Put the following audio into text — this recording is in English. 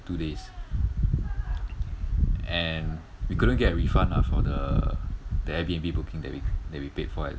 two days and we couldn't get a refund lah for the the airbnb booking that we that we paid for